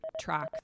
track